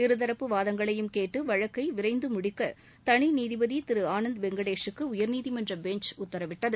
இருதரப்பு வாதங்களையும் கேட்டு வழக்கை விரைந்து முடிக்க தனி நீதிபதி திரு ஆனந்த் வெங்கடேஷூக்கு உயர்நீதிமன்ற பெஞ்ச் உத்தரவிட்டது